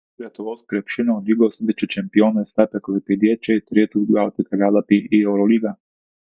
lietuvos krepšinio lygos vicečempionais tapę klaipėdiečiai turėtų gauti kelialapį į eurolygą